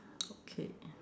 okay